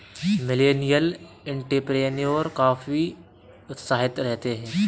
millennial entrepreneur काफी उत्साहित रहते हैं